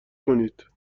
کنید